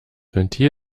ventil